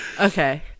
okay